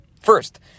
first